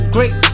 Great